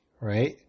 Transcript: right